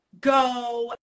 go